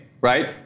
right